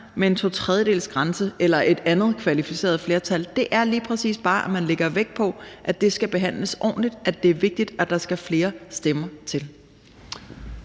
med en totredjedelsgrænse eller et andet kvalificeret flertal, er lige præcis bare, at man lægger vægt på, at det skal behandles ordentligt, at det er vigtigt, og at der skal flere stemmer til.